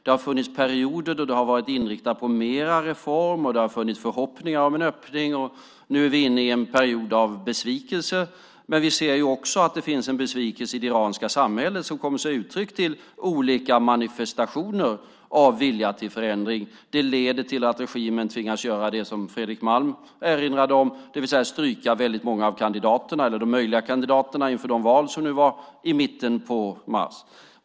Det har funnits perioder då man har varit inriktad på mer reformer. Det har funnits förhoppningar om en öppning. Nu är vi inne i en period av besvikelse. Men vi ser också att det finns en besvikelse i det iranska samhället som tar sig uttryck i olika manifestationer av vilja till förändring. Det leder till att regimen tvingas göra det som Fredrik Malm erinrade om, det vill säga stryka väldigt många av de möjliga kandidaterna inför de val som var i mitten på mars.